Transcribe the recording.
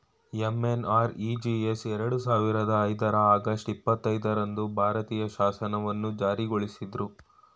MNREGS ಎರಡು ಸಾವಿರದ ಐದರ ಆಗಸ್ಟ್ ಇಪ್ಪತ್ತೈದು ರಂದು ಭಾರತೀಯ ಶಾಸನವನ್ನು ಜಾರಿಗೊಳಿಸಿದ್ರು